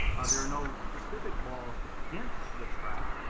there are no specific laws against witchcraft,